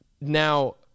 now